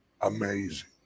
amazing